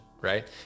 right